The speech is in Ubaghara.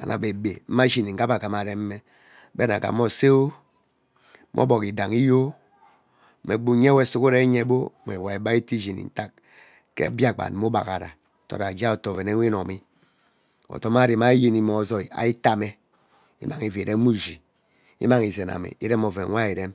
and ebe ebe emee ashini egee ebe amaghama areme ebe anaghama osei oh mme ogbog idaiyo mme gba unye we sughuren iyebe mme we abe ite ishini ntak gee biakpen mme ugbaghan toraje ari oto ovenewe inomi odomari mme ari iyenime ozoi ari itame immang ivuu irem ushi immang izename irem oven we arem.